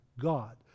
God